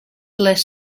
less